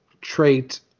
trait